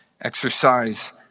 exercise